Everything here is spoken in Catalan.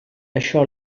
això